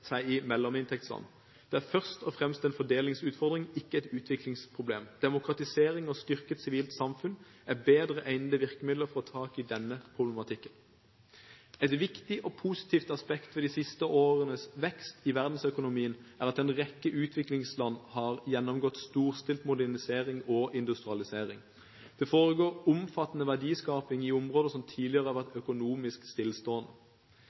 mellominntektsland. Dette er først og fremst en fordelingsutfordring, ikke et utviklingsproblem. Demokratisering og styrket sivilt samfunn er bedre egnede virkemidler for å ta tak i denne problematikken. Et viktig og positivt aspekt ved de siste årenes vekst i verdensøkonomien er at en rekke utviklingsland har gjennomgått en storstilt modernisering og industrialisering. Det foregår omfattende verdiskaping i områder som tidligere